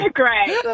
great